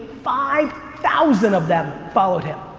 five thousand of them followed him.